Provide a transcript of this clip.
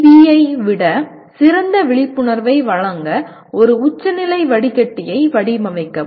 பியை விட சிறந்த விழிப்புணர்வை வழங்க ஒரு உச்சநிலை வடிகட்டியை வடிவமைக்கவும்